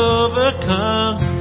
overcomes